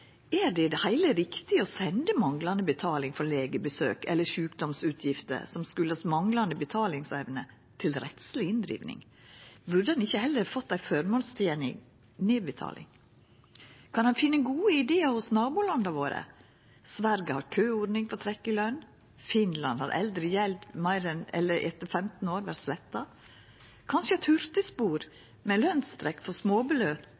er: Er det i det heile riktig å senda manglande betaling for legebesøk eller sjukdomsutgifter som kjem av manglande betalingsevne, til rettsleg inndriving? Burde ein ikkje heller ha fått ei føremålstenleg nedbetaling? Kan ein finna gode idear hjå nabolanda våre? Sverige har køordning for trekk i løn. I Finland har gjeld eldre enn 15 år vorte sletta. Kanskje eit hurtigspor med lønstrekk for